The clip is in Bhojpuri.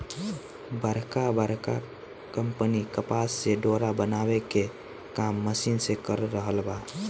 बड़का बड़का कंपनी कपास से डोरा बनावे के काम मशीन से कर रहल बा